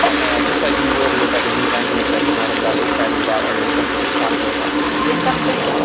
and just like you would with like a new language that you might have gotten excited about or your friend keeps talking about, same kind of thing.